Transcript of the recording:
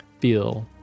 feel